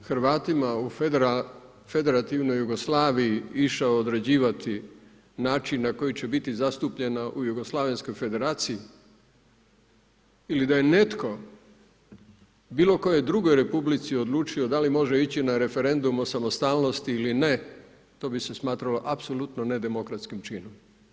Da je netko Hrvatima u Federativnoj Jugoslaviji išao određivati način na koji će biti zastupljena u jugoslavenskoj federaciji ili da je netko bilo kojoj drugoj republici odlučio da li može ići na referendum o samostalnosti ili ne, to bi se smatralo apsolutno nedemokratskim činom.